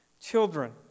Children